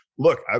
Look